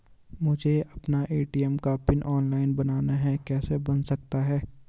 मुझे अपना ए.टी.एम का पिन ऑनलाइन बनाना है कैसे बन सकता है?